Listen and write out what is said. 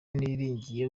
niringiye